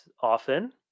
often